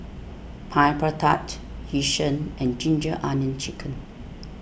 Pineapple Tart Yu Sheng and Ginger Onions Chicken